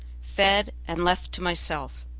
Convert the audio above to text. fed, and left to myself.